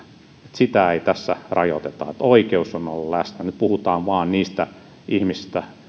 sitä ei tässä rajoiteta että on oikeus olla läsnä nyt puhutaan vain niistä ihmisistä